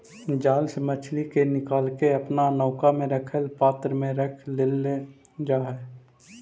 जाल से मछली के निकालके अपना नौका में रखल पात्र में रख लेल जा हई